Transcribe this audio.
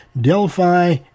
Delphi